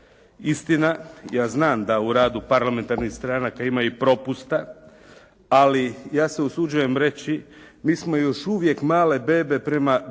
Istina, ja znam da u radu parlamentarnih stranaka ima i propusta, ali ja se usuđujem reći, mi smo još uvijek male bebe prema bilo